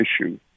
issue